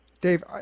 dave